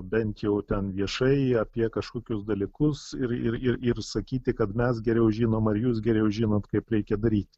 bent jau ten viešai apie kažkokius dalykus ir ir ir ir sakyti kad mes geriau žinom ar jūs geriau žinot kaip reikia daryti